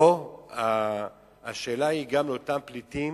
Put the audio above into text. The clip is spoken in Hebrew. או שאלה גם אותם פליטים